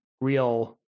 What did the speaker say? real